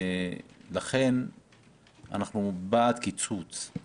לכן אנחנו כמפלגת ישראל ביתנו בעד קיצוץ.